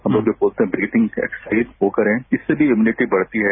हम लोग जो बोलते हैं ब्रीथिंग एक्सरसाइज वो करें जिससे की इम्यूनिटी बढ़ती है